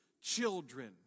children